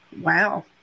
Wow